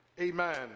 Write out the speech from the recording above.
amen